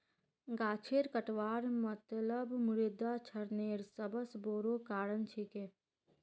गाछेर कटवार मतलब मृदा क्षरनेर सबस बोरो कारण छिके